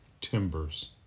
timbers